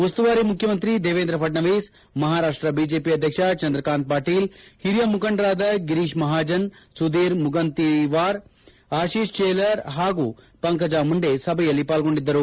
ಉಸ್ತುವಾರಿ ಮುಖ್ಯಮಂತ್ರಿ ದೇವೇಂದ್ರ ಫಡ್ನೀಸ್ ಮಹಾರಾಷ್ಷ ಬಿಜೆಪಿ ಆಧ್ಯಕ್ಷ ಚಂದ್ರಕಾಂತ್ ಪಾಟೀಲ್ ಓರಿಯ ಮುಖಂಡರಾದ ಗಿರೀಶ್ ಮಹಾಜನ್ ಸುದೀರ್ ಮುಂಗಂತೀವಾರ್ ಅತಿಷ್ ಶೇಲರ್ ಹಾಗೂ ಪಂಕಜಾ ಮುಂಡೆ ಸಭೆಯಲ್ಲಿ ಪಾಲ್ಗೊಂಡಿದ್ದರು